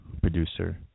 Producer